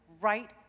right